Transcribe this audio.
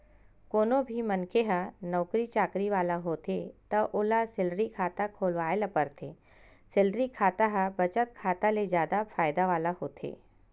कोनो भी मनखे ह नउकरी चाकरी वाला होथे त ओला सेलरी खाता खोलवाए ल परथे, सेलरी खाता ह बचत खाता ले जादा फायदा वाला होथे